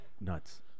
Nuts